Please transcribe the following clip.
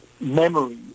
memory